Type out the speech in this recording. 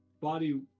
body